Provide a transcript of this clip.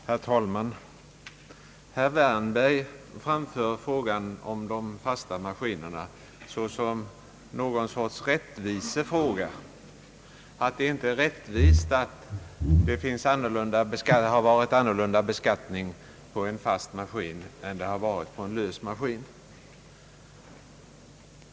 Herr talman! Herr Wärnberg framställer problemet om beskattningen av de fasta maskinerna som någon sorts rättvisefråga och menar, att det inte är rättvist att beskatta en fast maskin annorlunda än en lös maskin.